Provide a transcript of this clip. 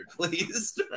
please